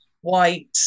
white